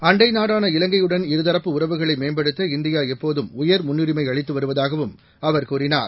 அண்டை நாடான இலங்கை யுடன் இருதரப்பு உறவுகளை மேம்படுத்த இந்தியா எப்போதும் உயர்முன்னுரிமை அளித்து வருவதாகவும் அவர் கூறினார்